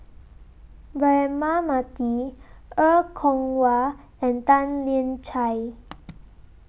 Braema Mathi Er Kwong Wah and Tan Lian Chye